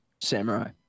samurai